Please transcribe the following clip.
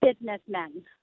businessmen